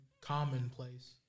commonplace